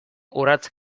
urrats